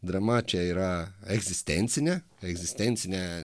drama čia yra egzistencinė egzistencinė